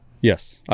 Yes